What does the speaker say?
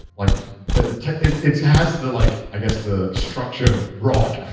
like it it has the like, i guess the structure of rock.